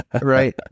right